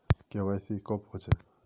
KYC कब होचे?